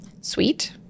Sweet